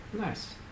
Nice